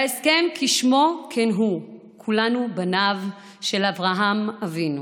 וההסכם, כשמו כן הוא: כולנו בניו של אברהם אבינו,